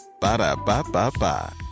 Ba-da-ba-ba-ba